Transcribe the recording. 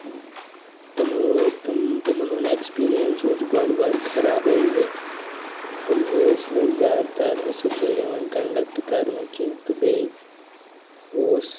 تِمو تِم تِمَن ہُند اٮ۪کٕسپِرینٕس اوس گۄڈٕ گۄڈٕ خرابٕے زِ تِم ٲسۍ نہٕ زیادٕ تر اَصٕل پٲٹھۍ ٖیِوان کَنڈَکٹ کرنہٕ کیٚنٛہہ تہٕ بیٚیہِ اوس